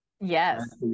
yes